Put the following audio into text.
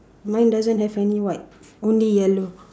mine doesn't have any white only yellow